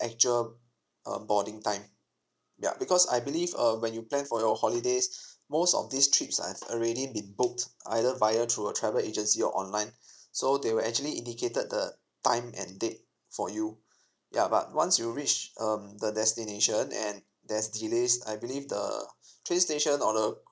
actual uh boarding time ya because I believe uh when you plan for your holidays most of these trips are already been booked either via through a travel agency or online so they will actually indicated the time and date for you ya but once you reach um the destination and there's delays I believe the train station or the